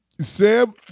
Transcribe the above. Sam